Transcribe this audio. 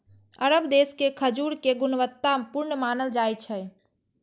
अरब देश के खजूर कें गुणवत्ता पूर्ण मानल जाइ छै